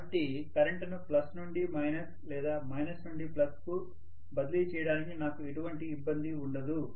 కాబట్టి కరెంట్ను ప్లస్ నుండి మైనస్ లేదా మైనస్ నుండి ప్లస్ కు బదిలీ చేయడానికి నాకు ఎటువంటి ఇబ్బంది ఉండదు